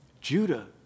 Judah